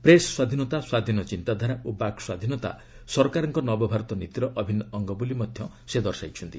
press ସ୍ୱାଧୀନତା ସ୍ୱାଧୀନ ଚିନ୍ତାଧାରା ଓ ବାକ୍ ସ୍ୱାଧୀନତା ସରକାରଙ୍କ ନବଭାରତ ନୀତିର ଅଭିନ୍ନ ଅଙ୍ଗ ବୋଲି ସେ ଦର୍ଶାଇଛନ୍ତି